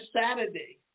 Saturday